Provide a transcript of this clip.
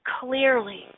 clearly